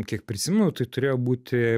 kiek prisimenu tai turėjo būti